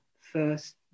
first